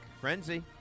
frenzy